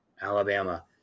Alabama